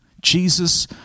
Jesus